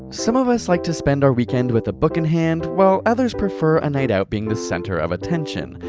some of us like to spend our weekend with a book in hand, while others prefer a night out being the centre of attention.